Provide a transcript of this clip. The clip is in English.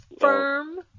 firm